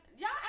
Y'all